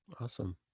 awesome